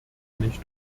nicht